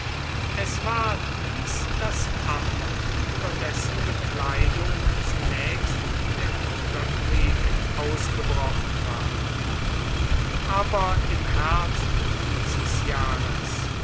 es war dies das amt über dessen bekleidung zunächst der bürgerkrieg ausgebrochen war aber im herbst dieses jahres